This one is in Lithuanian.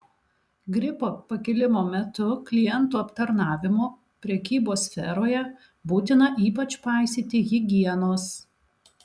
gripo pakilimo metu klientų aptarnavimo prekybos sferoje būtina ypač paisyti higienos